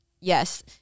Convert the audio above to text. Yes